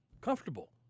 comfortable